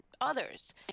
others